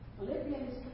Philippians